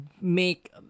make